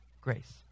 grace